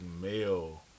male